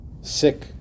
sick